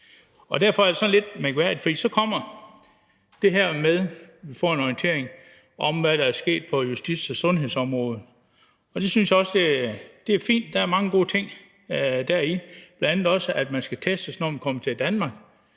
Derfor er det så lidt mærkværdigt. For der kommer det her med, at vi får en orientering om, hvad der er sket på justitsområdet og sundhedsområdet, og det synes jeg også er fint. Der er mange gode ting deri, bl.a. også, at man skal testes, når man kommer til Danmark.